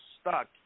stuck